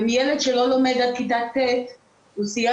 ומילד שלא לומד עד כיתה ט' הוא סיים